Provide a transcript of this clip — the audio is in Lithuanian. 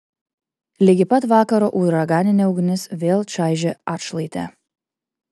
ligi pat vakaro uraganinė ugnis vėl čaižė atšlaitę